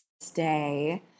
stay